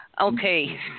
Okay